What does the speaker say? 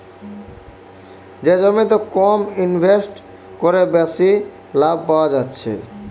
যে জমিতে কম ইনভেস্ট কোরে বেশি লাভ পায়া যাচ্ছে